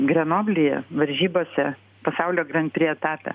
grenoblyje varžybose pasaulio gran pri etape